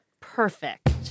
perfect